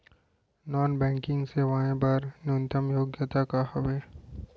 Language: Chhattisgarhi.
नॉन बैंकिंग सेवाएं बर न्यूनतम योग्यता का हावे?